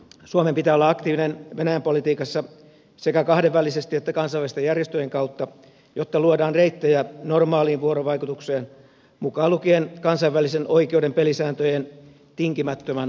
suomen pitää olla aktiivinen venäjän politiikassa sekä kahdenvälisesti että kansainvälisten järjestöjen kautta jotta luodaan reittejä normaaliin vuorovaikutukseen mukaan lukien kansainvälisen oikeuden pelisääntöjen tinkimätön noudattaminen